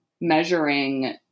measuring